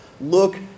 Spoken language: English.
Look